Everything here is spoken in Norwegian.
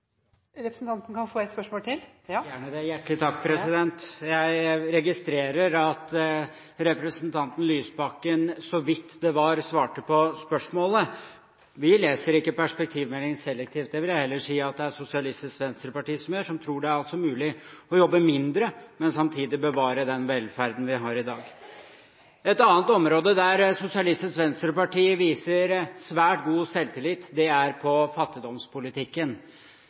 Representanten kan få stille et spørsmål til. Gjerne det – hjertelig takk. Jeg registrerer at representanten Lysbakken svarte – så vidt det var – på spørsmålet. Vi leser ikke perspektivmeldingen selektivt. Det vil jeg heller si at det er Sosialistisk Venstreparti som gjør, som tror det er mulig å jobbe mindre, men samtidig bevare den velferden vi har i dag. Et annet område der Sosialistisk Venstreparti viser svært god selvtillit, er innenfor fattigdomspolitikken